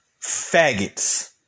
faggots